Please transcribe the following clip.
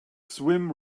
swim